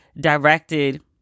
directed